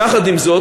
יחד עם זאת,